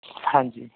ਹਾਂਜੀ